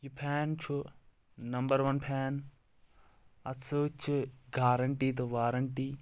یہِ فین چھُ number one fan اَتھ سۭتۍ چھِ گارَنٹی تہٕ وارَنٹی